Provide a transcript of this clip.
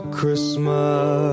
Christmas